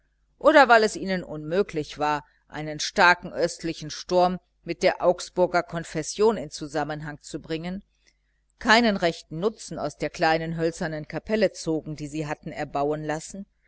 oder weil es ihnen unmöglich war einen starken östlichen sturm mit der augsburger konfession in zusammenhang zu bringen keinen rechten nutzen aus der kleinen hölzernen kapelle zogen die sie hatten erbauen lassen